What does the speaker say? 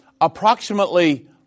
Approximately